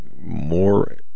more